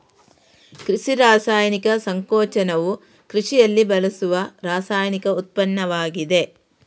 ಕೃಷಿ ರಾಸಾಯನಿಕ ಸಂಕೋಚನವು ಕೃಷಿಯಲ್ಲಿ ಬಳಸುವ ರಾಸಾಯನಿಕ ಉತ್ಪನ್ನವಾಗಿದೆ